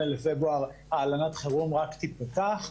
ב-28 בפברואר הלנת החירום רק תיפתח,